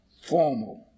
formal